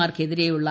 മാർക്കെതിരെയുള്ള A